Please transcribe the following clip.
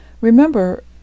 Remember